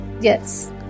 Yes